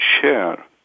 share